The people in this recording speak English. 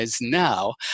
now